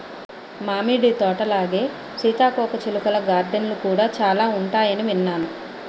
మామిడి తోటలాగే సీతాకోకచిలుకల గార్డెన్లు కూడా చాలా ఉంటాయని విన్నాను